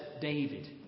David